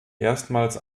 erstmals